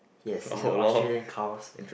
yes in a Australian cows